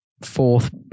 fourth